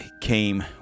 came